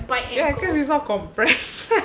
ya because it's all compressed